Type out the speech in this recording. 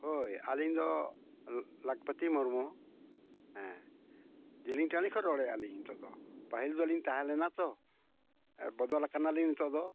ᱦᱳᱭ ᱟᱹᱞᱤᱧ ᱫᱚ ᱞᱟᱠᱯᱚᱛᱤ ᱢᱩᱨᱢᱩ ᱦᱮᱸ ᱡᱤᱞᱤᱧ ᱴᱟᱹᱲᱤ ᱠᱷᱚᱱ ᱨᱚᱲᱮᱫᱼᱟᱹᱞᱤᱧ ᱱᱤᱛᱳᱜ ᱫᱚ ᱯᱟᱹᱦᱤᱞ ᱫᱚᱞᱤᱧ ᱛᱟᱦᱮᱸᱞᱮᱱᱟ ᱛᱚ ᱵᱚᱫᱚᱞ ᱟᱠᱟᱱᱟᱞᱤᱧ ᱱᱤᱳᱚᱜ ᱫᱚ